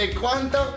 cuánto